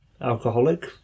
alcoholic